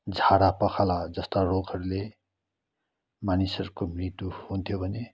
झाडा पखाला जस्ता रोगहरूले मानिसहरूको मृत्यु हुन्थ्यो भने